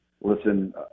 listen